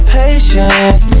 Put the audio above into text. patient